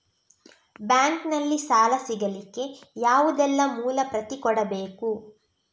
Bank ನಲ್ಲಿ ಸಾಲ ಸಿಗಲಿಕ್ಕೆ ಯಾವುದೆಲ್ಲ ಮೂಲ ಪ್ರತಿ ಕೊಡಬೇಕು?